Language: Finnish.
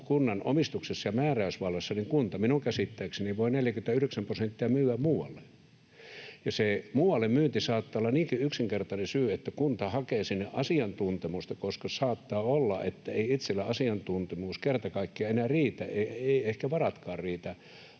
kunnan omistuksessa ja määräysvallassa, niin kunta minun käsittääkseni voi 49 prosenttia myydä muualle, ja siihen muualle myyntiin saattaa olla niinkin yksinkertainen syy, että kunta hakee sinne asiantuntemusta, koska saattaa olla, että ei itsellä asiantuntemus kerta kaikkiaan enää riitä, eivät ehkä varatkaan riitä